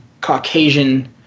Caucasian